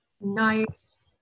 Nice